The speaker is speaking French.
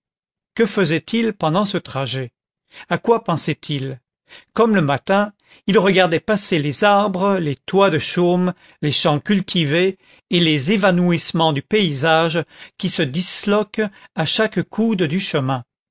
que faisait-il pendant ce trajet à quoi pensait-il comme le matin il regardait passer les arbres les toits de chaume les champs cultivés et les évanouissements du paysage qui se disloque à chaque coude du chemin